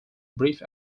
brief